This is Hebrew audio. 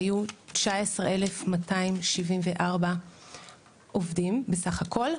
היו 19,274 עובדים סל הכול,